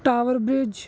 tower bridge